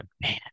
man